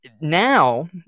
now –